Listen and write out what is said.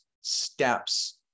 steps